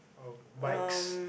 or bikes